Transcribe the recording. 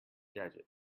gadget